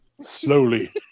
Slowly